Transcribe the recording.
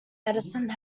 medicine